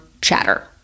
chatter